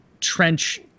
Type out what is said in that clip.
trench